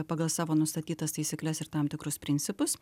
pagal savo nustatytas taisykles ir tam tikrus principus